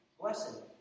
Blessed